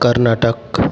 Karnataka